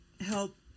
help